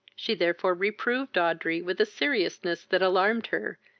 she therefore reproved audrey with a seriousness that alarmed her,